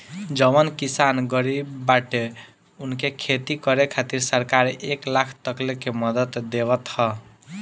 जवन किसान गरीब बाटे उनके खेती करे खातिर सरकार एक लाख तकले के मदद देवत ह